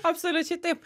absoliučiai taip